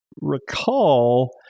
recall